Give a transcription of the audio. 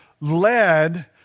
led